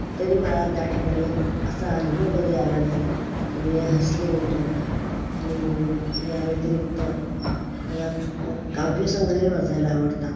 तरी मला त्या ठिकाणी असा अनुभव कधी आला नाही की मी हसले मोठ्याने आणि या व्यतिरिक्त मला माझा काव्यसंग्रह वाचायला आवडतात